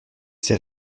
ses